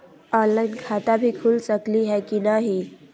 Online खाता भी खुल सकली है कि नही?